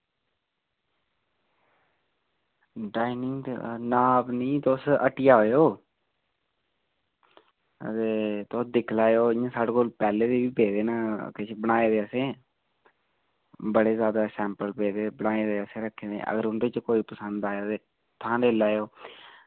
timing ते नाप निं तुस हट्टी आएओ ते तुस दिक्खी लैएओ इ'यां साढ़े कोल पैह्लें दे बी पेदे न किश बनाए दे असें बड़े सारे सैंपल रक्खे पेदे बनाए दे असें रक्खे अगर उं'दे च कोई पसंद आया ते उत्थां लेई लैएओ